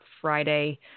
Friday